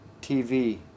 TV